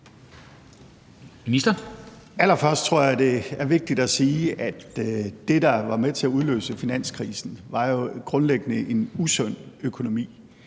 Allerførst tror jeg, det er vigtigt at sige, at det, der var med til at udløse finanskrisen, jo grundlæggende var en usund økonomi.